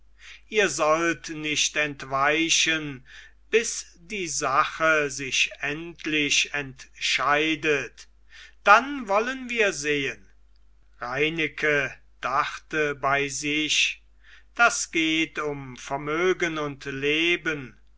ihr sollt nicht entweichen bis die sache sich endlich entscheidet dann wollen wir sehen reineke dachte bei sich das geht um vermögen und leben